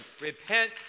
repent